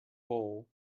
bowl